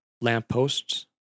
lampposts